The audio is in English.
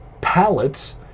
pallets